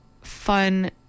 fun